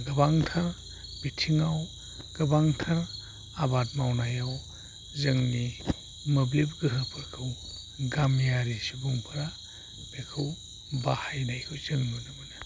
गोबांथार बिथिङाव गोबांथार आबाद मावनायाव जोंनि मोब्लिब गोहोफोरखौ गामियारि सुबुंफोरा बेखौ बाहायनायखौ जों नुनो मोनो